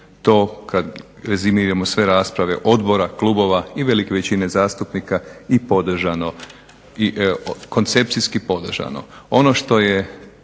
to, kad rezimiramo sve rasprave odbora, klubova, i velike većine zastupnika i podržano, i koncepcijski podržano.